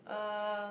uh